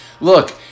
Look